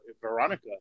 Veronica